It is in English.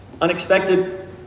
unexpected